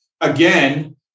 again